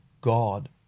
God